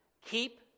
Keep